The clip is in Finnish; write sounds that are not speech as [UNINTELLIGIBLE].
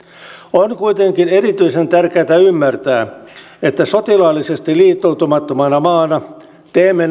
on kuitenkin erityisen tärkeätä ymmärtää että sotilaallisesti liittoutumattomana maana teemme [UNINTELLIGIBLE]